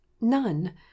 none